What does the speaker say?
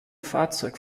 fahrzeug